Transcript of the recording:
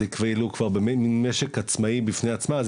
והיא כבר במן משק עצמאי בפני עצמה,